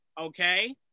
okay